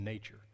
nature